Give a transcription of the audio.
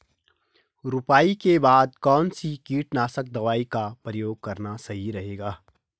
रुपाई के बाद कौन सी कीटनाशक दवाई का प्रयोग करना सही रहेगा?